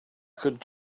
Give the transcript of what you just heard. could